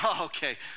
okay